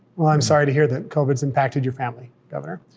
well, i'm sorry to hear that covid's impacted your family, governor,